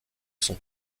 sont